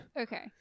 Okay